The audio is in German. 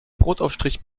brotaufstrich